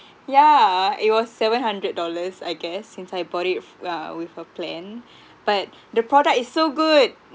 yeah it was seven hundred dollars I guess since I bought it uh with a plan but the product is so good